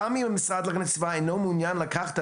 גם אם המשרד להגנת הסביבה אינו מעוניין לקחת את